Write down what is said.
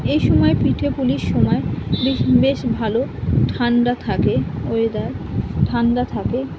এই সময় পিঠে পুলির সময় বেশ ভালো ঠান্ডা থাকে ওয়েদার ঠান্ডা থাকে